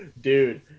dude